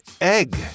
egg